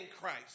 Christ